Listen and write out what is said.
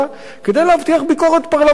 כדי להבטיח ביקורת פרלמנטרית,